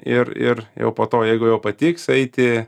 ir ir jau po to jeigu jau patiks eiti